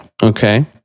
Okay